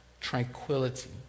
tranquility